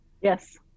Yes